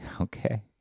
Okay